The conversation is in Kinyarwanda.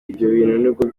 mwihariko